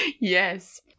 Yes